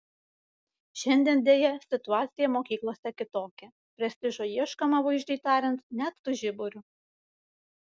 šiandien deja situacija mokyklose kitokia prestižo ieškoma vaizdžiai tariant net su žiburiu